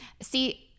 see